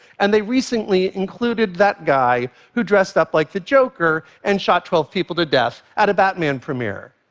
and they recently included that guy who dressed up like the joker and shot twelve people to death at a batman premiere.